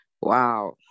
wow